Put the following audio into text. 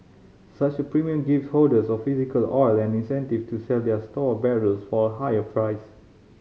such a premium give holders of physical oil an incentive to sell their stored barrels for a higher price